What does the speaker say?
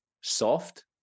soft